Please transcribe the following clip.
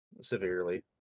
severely